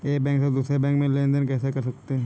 एक बैंक से दूसरे बैंक में लेनदेन कैसे कर सकते हैं?